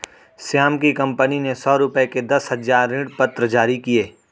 श्याम की कंपनी ने सौ रुपये के दस हजार ऋणपत्र जारी किए